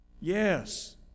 Yes